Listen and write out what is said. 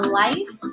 life